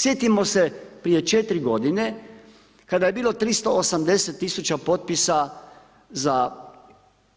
Sjetimo se prije 4 godine kada je bilo 380 tisuća potpisa za